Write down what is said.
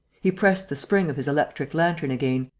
he pressed the spring of his electric lantern again,